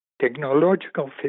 Technological